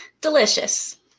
Delicious